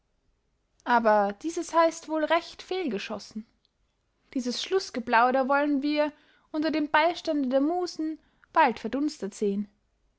aber dieses heißt wohl recht fehlgeschossen dieses schlußgeplauder wollen wir unter dem beystande der musen bald verdunstet sehen